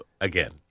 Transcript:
again